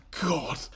god